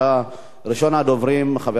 ראשון הדוברים, חבר הכנסת